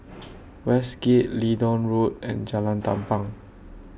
Westgate Leedon Road and Jalan Tampang